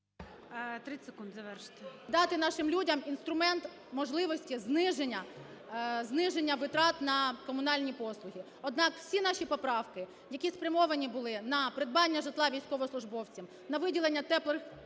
Т.Г. … і дати нашим людям інструмент можливості зниження витрат на комунальні послуги. Однак всі наші поправки, які спрямовані були на придбання житла військовослужбовцям, на виділення "теплих